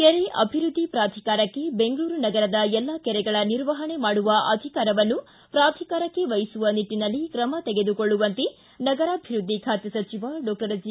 ಕೆರೆ ಅಭಿವ್ಯದ್ಧಿ ಪ್ರಾಧಿಕಾರಕ್ಕೆ ಬೆಂಗಳೂರು ನಗರದ ಎಲ್ಲಾ ಕೆರೆಗಳ ನಿರ್ವಹಣೆ ಮಾಡುವ ಅಧಿಕಾರವನ್ನು ಪ್ರಾಧಿಕಾರಕ್ಕೆ ವಹಿಸುವ ನಿಟ್ಟಿನಲ್ಲಿ ತ್ರಮ ತೆಗೆದುಕೊಳ್ಳುವಂತೆ ನಗರಾಭಿವೃದ್ಧಿ ಖಾತೆ ಸಚಿವ ಡಾಕ್ಟರ್ ಜಿ